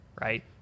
right